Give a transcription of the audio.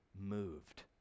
moved